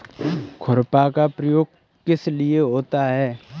खुरपा का प्रयोग किस लिए होता है?